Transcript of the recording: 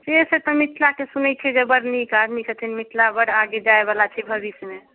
ताहि से तऽ मिथलाके सुनैत छियै जे बड़ नीक आदमी छथिन मिथला बड आगे जाइबला छै भविष्यमे